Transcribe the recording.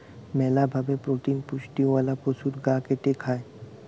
মেলা ভাবে প্রোটিন পুষ্টিওয়ালা পশুর গা কেটে খায়